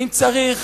אם צריך,